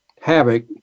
havoc